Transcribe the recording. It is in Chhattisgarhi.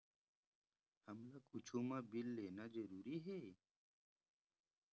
हमला कुछु मा बिल लेना जरूरी हे?